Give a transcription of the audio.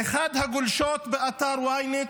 ואחת הגולשות באתר ynet,